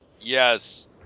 Yes